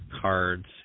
cards